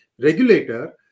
regulator